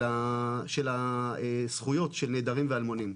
של זכויות הנעדרים והאלמונים,